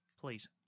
please